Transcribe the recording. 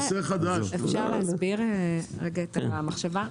אפשר להסביר רגע את המחשבה?